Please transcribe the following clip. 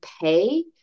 pay